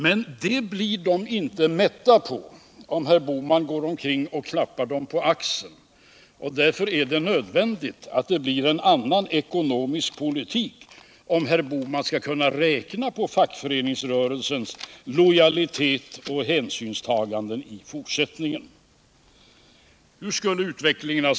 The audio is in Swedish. Men folk blir inte mätta av om herr Bohman går omkring och klappar dem på axeln, och därför är det nödvändigt att det blir en annan ekonomisk politik för att herr Bohman skall kunna räkna på fackföreningsrörelsens lojalitet och hänsynstagande i fortsättningen.